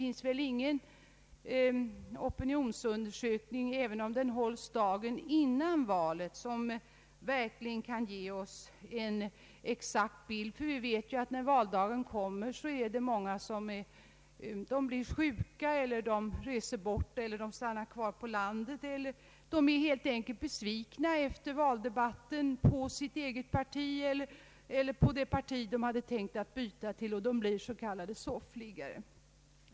Inte ens om en sådan undersökning görs dagen före valet skulle bilden kunna bli riktigt sann, ty vi vet ju att när valdagen kommer kan många vara sjuka, bortresta, de kanske stannar kvar på landet, arbetar eller känner sig helt enkelt besvikna efter valdebatterna på sitt parti och blir s.k. soffliggare.